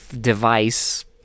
device